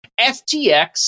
FTX